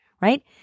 right